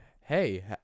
hey